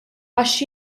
għax